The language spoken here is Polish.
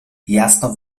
jasno